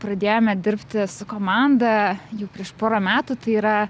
pradėjome dirbti su komanda jau prieš porą metų tai yra